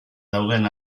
dauden